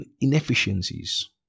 inefficiencies